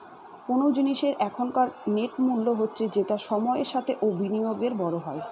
কোন জিনিসের এখনকার নেট মূল্য হচ্ছে যেটা সময়ের সাথে ও বিনিয়োগে বড়ো হয়